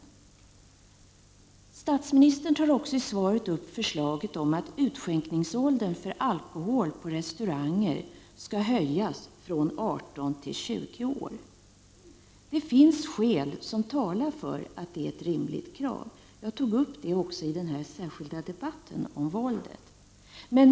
I svaret tog statsministern också upp förslaget om att utskänkningsåldern för alkohol på restauranger skall höjas från 18 till 20 år. Det finns skäl som talar för att det är ett rimligt krav. Jag tog också upp det i den särskilda de batten om våldet.